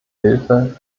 hilfe